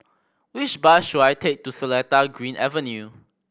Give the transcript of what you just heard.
which bus should I take to Seletar Green Avenue